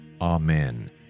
Amen